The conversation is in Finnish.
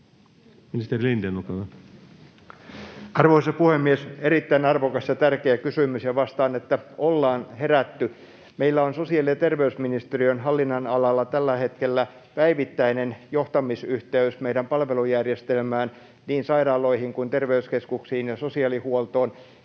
Time: 14:09 Content: Arvoisa puhemies! Erittäin arvokas ja tärkeä kysymys, ja vastaan, että ollaan herätty. Meillä on sosiaali‑ ja terveysministeriön hallinnonalalla tällä hetkellä päivittäinen johtamisyhteys meidän palvelujärjestelmään, niin sairaaloihin kuin terveyskeskuksiin ja sosiaalihuoltoon.